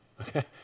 Okay